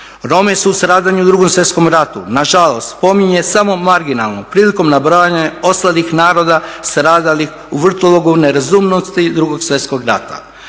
Rome se u stradanju u 2. svjetskom ratu nažalost spominje samo marginalno prilikom nabrajanja ostalih naroda stradalih u vrtlogu nerazumnosti 2. svjetskog rata.